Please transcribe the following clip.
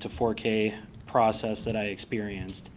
to four k process that i experienced.